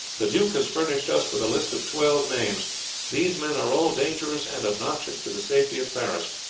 the duke has furnished us with a list of twelve names these men are all dangerous and obnoxious to the safety of paris.